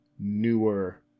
newer